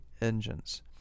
engines